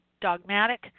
dogmatic